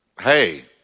hey